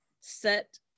set